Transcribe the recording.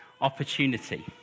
opportunity